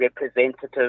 representative